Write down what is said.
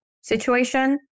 situation